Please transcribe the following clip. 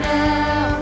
now